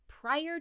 Prior